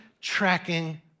tracking